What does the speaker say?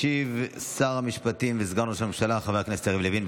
ישיב שר המשפטים וסגן ראש הממשלה חבר הכנסת יריב לוין,